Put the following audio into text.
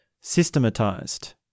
systematized